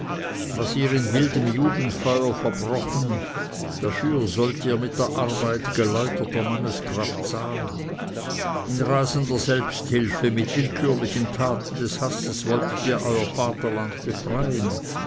was ihr in wildem jugendfeuer verbrochen dafür sollt ihr mit der arbeit geläuterter manneskraft zahlen in rasender selbsthilfe mit willkürlichen taten des hasses wolltet ihr euer vaterland befreien